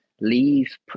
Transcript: leave